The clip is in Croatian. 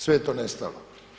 Sve je to nestalo.